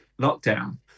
lockdown